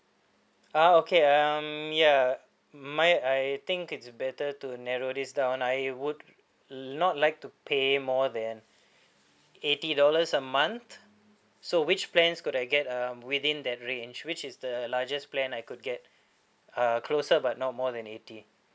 uh okay um ya my I think it's better to narrow this down I would not like to pay more than eighty dollars a month so which plans could I get um within that range which is the largest plan I could get uh closer but not more than eighty